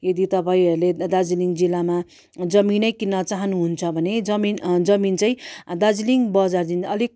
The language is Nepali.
यदि तपाईँहरूले दार्जिलिङ जिल्लामा जमिनै किन्न चाहनु हुन्छ भने जमिन जमिन चाहिँ दार्जिलिङ बजारदेखि अलिक